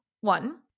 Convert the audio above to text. One